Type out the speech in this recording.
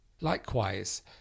Likewise